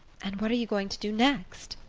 and what are you going to do next?